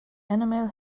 animal